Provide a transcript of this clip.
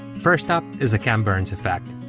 first up is the ken burns effect.